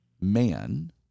man